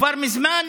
כבר מזמן